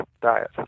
diet